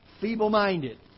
feeble-minded